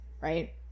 right